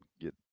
get